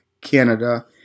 Canada